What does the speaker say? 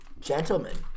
Gentlemen